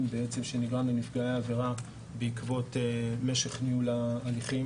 שנגרם לנפגעי העבירה בעקבות משך ניהול ההליכים.